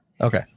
Okay